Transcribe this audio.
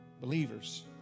believers